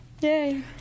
Yay